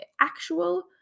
actual